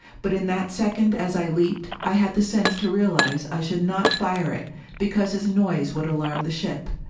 but in that second as i leaped, i had the sense to realize i should not fire it because its noise would alarm the ship.